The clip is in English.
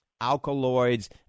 alkaloids